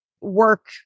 work